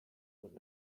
would